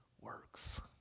works